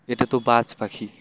এটা তো বাজ পাখি